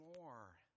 more